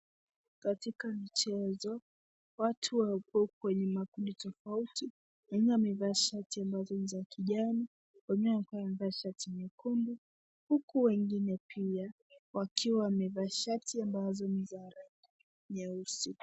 Katika michezo watu wapo kwenye makundi tofauti ,wengine wamevaa shati ambazo ni za kijani ,wegine wakiwa shati nyekundu huku wegine pia wakiwa wamevaa shati ambazo ni za rangi nyeusi.